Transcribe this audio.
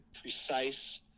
precise